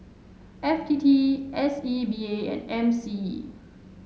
F T T S E B A and M C E